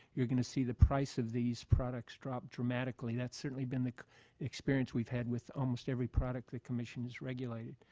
you're going to see the price of these products drop dramatically. that's certainly been the experience we've had with almost every product the commission has regulated.